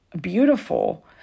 beautiful